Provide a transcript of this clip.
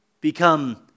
become